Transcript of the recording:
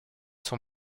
son